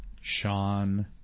Sean